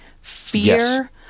fear